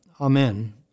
Amen